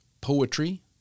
poetry